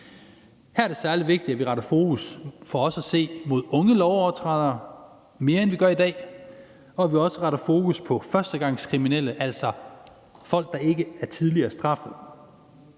os at se særlig vigtigt, at vi retter mere fokus på unge lovovertrædere, end vi gør i dag, og at vi også retter fokus på førstegangskriminelle, altså folk, der ikke er tidligere straffet.